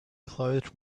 clothed